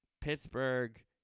Pittsburgh